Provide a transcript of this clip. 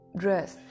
dress